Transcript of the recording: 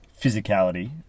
physicality